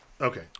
Okay